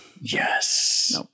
Yes